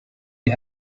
you